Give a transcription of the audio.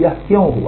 यह क्यों हुआ